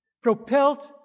propelled